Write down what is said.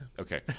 okay